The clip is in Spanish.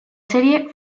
serie